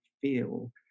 feel